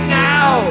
now